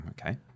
okay